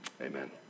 Amen